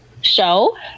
show